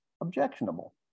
objectionable